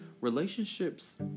relationships